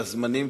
לזמנים,